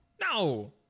No